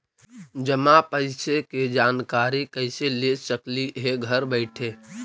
जमा पैसे के जानकारी कैसे ले सकली हे घर बैठे?